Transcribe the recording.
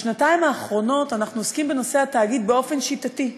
בשנתיים האחרונות אנחנו עוסקים בנושא התאגיד באופן שיטתי.